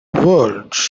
world